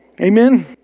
Amen